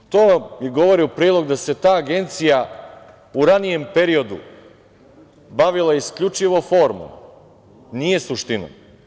To govori u prilog da se ta Agencija u ranijem periodu bavila isključivo formom, nije suštinom.